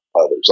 others